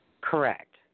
Correct